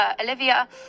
Olivia